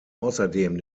außerdem